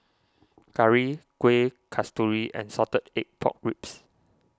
Curry Kueh Kasturi and Salted Egg Pork Ribs